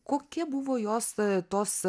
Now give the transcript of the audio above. kokia buvo jos tos